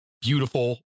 beautiful